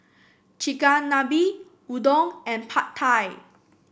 Chigenabe Udon and Pad Thai